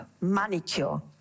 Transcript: manicure